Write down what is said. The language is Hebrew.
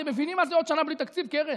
אתם מבינים מה זה עוד שנה בלי תקציב, קרן?